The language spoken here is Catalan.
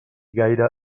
gaire